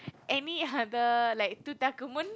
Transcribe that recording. any other like Tutankhamun